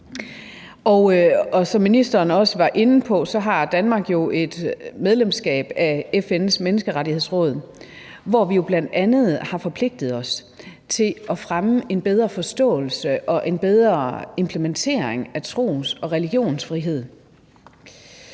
Som ministeren også var inde på, har Danmark jo et medlemskab i FN's Menneskerettighedsråd, hvor vi bl.a. har forpligtet os til at fremme en bedre forståelse og en bedre implementering af tros- og religionsfriheden,